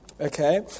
okay